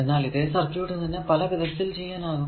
എന്നാൽ ഇതേ സർക്യൂട് തന്നെ പല വിധത്തിൽ ചെയ്യാനാകും